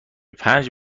پنج